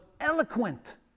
eloquent